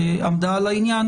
שעמדה על העניין